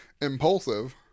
impulsive